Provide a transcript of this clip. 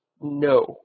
No